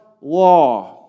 law